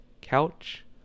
couch